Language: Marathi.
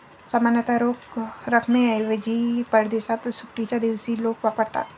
सामान्यतः रोख रकमेऐवजी परदेशात सुट्टीच्या दिवशी लोक वापरतात